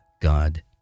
God